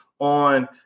on